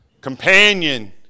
companion